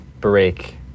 break